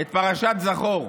את פרשת זכור.